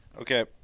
Okay